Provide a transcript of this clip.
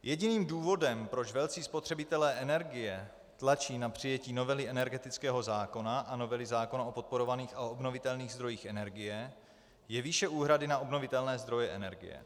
Jediným důvodem, proč velcí spotřebitelé energie tlačí na přijetí novely energetického zákona a novely zákona o podporovaných a obnovitelných zdrojích energie, je výše úhrady na obnovitelné zdroje energie.